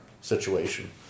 situation